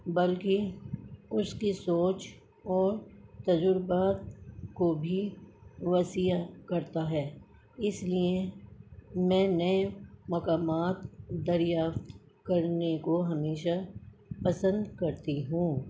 بلکہ اس کی سوچ اور تجربات کو بھی وسیع کرتا ہے اس لیے میں نئے مقامات دریافت کرنے کو ہمیشہ پسند کرتی ہوں